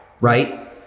right